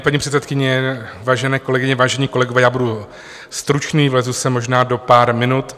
Paní předsedkyně, vážené kolegyně, vážení kolegové, já budu stručný, vlezu se možná do pár minut.